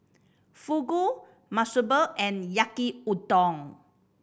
Fugu Monsunabe and Yaki Udon